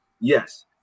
Yes